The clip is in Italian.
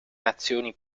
nazioni